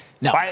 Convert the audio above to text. No